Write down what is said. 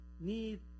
need